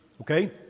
okay